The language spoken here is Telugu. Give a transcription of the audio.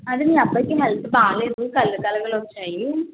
అదే మీ అబ్బాయికి హెల్త్ బాగాలేదు కళ్ళ కలగలు వచ్చాయి